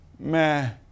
Meh